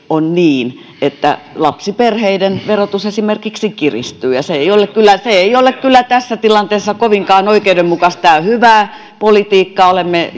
on niin että esimerkiksi lapsiperheiden verotus kiristyy ja se ei ole kyllä tässä tilanteessa kovinkaan oikeudenmukaista ja hyvää politiikkaa olemme